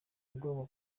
ubwoba